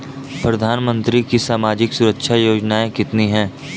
प्रधानमंत्री की सामाजिक सुरक्षा योजनाएँ कितनी हैं?